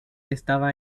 estaba